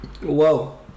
Whoa